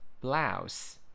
Blouse